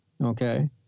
Okay